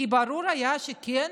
כי ברור היה שכן,